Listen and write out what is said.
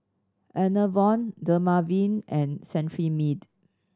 Enervon Dermaveen and Cetrimide